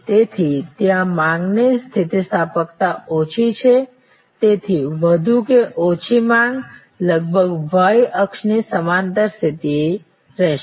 તેથી ત્યાં માંગની સ્થિતિસ્થાપકતા ઓછી છે તેથી વધુ કે ઓછી માંગ લગભગ y અક્ષની સમાંતર સ્થિર રહેશે